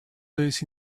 days